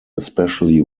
especially